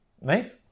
Nice